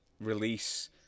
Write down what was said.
release